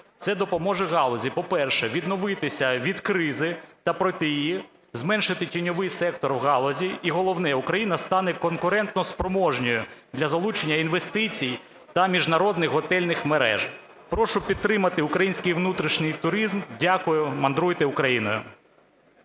Це допоможе галузі, по-перше, відновитися від кризи та пройти її, зменшити тіньовий сектор у галузі, і головне, Україна стане конкурентоспроможною для залучення інвестицій та міжнародних готельних мереж. Прошу підтримати український внутрішній туризм. Дякую. Мандруйте Україною.